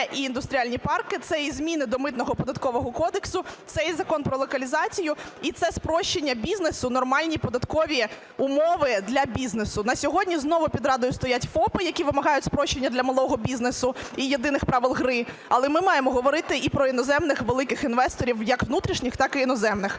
Це і індустріальні парки. Це і зміни до Митного, Податкового кодексу. Це і Закон про локалізацію. І це спрощення бізнесу, нормальні податкові умови для бізнесу. На сьогодні знову під Радою стоять ФОПи, які вимагають спрощення для малого бізнесу і єдиних правил гри. Але ми маємо говорити і про іноземних великих інвесторів, як внутрішніх, так і іноземних.